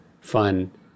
fun